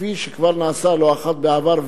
כפי שכבר נעשה לא אחת בעבר,